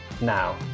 now